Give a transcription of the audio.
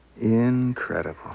Incredible